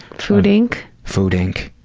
food, inc? food, inc,